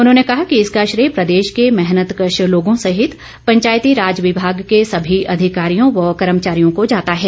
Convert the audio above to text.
उन्होंने कहा कि इसका श्रेय प्रदेश के मेहनतकश लोगों सहित पंचायती राज विभाग के ॅसमी अधिकारियों व कर्मचारियों को जाता है